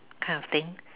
kind of thing